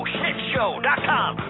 Shitshow.com